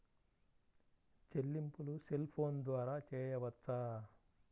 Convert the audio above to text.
చెల్లింపులు cell phone ద్వారా చేయవచ్చా?